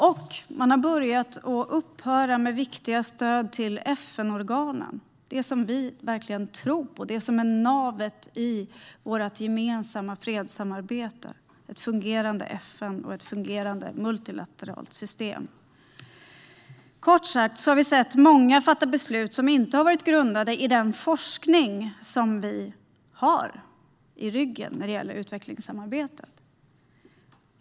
Och man har börjat upphöra med viktiga stöd till FN-organen, det som vi verkligen tror på, det som är navet i vårt gemensamma fredssamarbete - ett fungerande FN och ett fungerande multilateralt system. Kort sagt har vi sett många fatta beslut som inte har varit grundade i den forskning som vi har i ryggen när det gäller utvecklingssamarbetet.